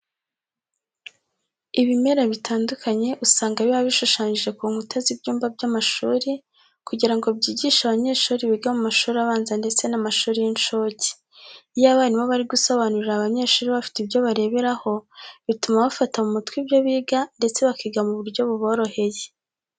Ibimera bitandukanye usanga biba bishushanyije ku nkuta z'ibyumba by'amashuri kugira ngo byigishe abanyeshuri biga mu mashuri abanza ndetse n'amashuri y'incuke. Iyo abarimu bari gusobanurira abanyeshuri bafite ibyo bareberaho bituma bafata mu mutwe ibyo biga ndetse bakiga mu buryo buboroheye.